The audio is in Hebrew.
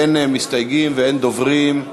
אין מסתייגים ואין דוברים.